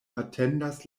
atendas